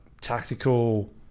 tactical